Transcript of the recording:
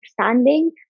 understanding